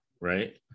right